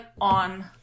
on